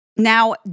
Now